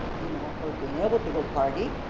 you know or being able to go party.